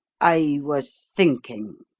i was thinking,